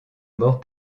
mort